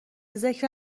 ذکر